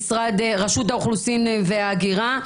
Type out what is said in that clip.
רשות האוכלוסין וההגירה.